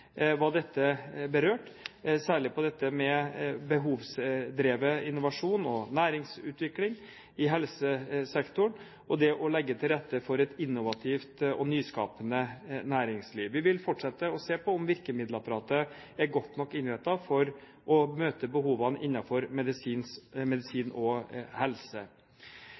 var dette berørt, særlig behovsdrevet innovasjon og næringsutvikling i helsesektoren og det å legge til rette for et innovativt og nyskapende næringsliv. Vi vil fortsette å se på om virkemiddelapparatet er godt nok innrettet for å møte behovene innenfor medisin og helse.